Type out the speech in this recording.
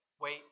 wait